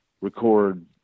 record